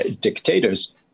dictators